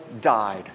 died